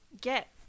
Get